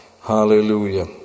Hallelujah